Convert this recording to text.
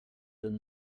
than